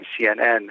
CNN